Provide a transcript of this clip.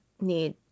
need